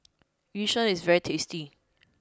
yu sheng is very tasty